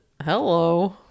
Hello